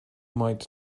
might